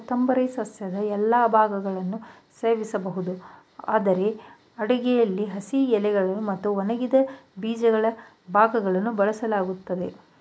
ಕೊತ್ತಂಬರಿ ಸಸ್ಯದ ಎಲ್ಲಾ ಭಾಗಗಳು ಸೇವಿಸ್ಬೋದು ಆದ್ರೆ ಅಡುಗೆಲಿ ಹಸಿ ಎಲೆಗಳು ಮತ್ತು ಒಣಗಿದ ಬೀಜಗಳ ಭಾಗಗಳನ್ನು ಬಳಸಲಾಗ್ತದೆ